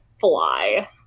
fly